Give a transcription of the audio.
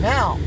Now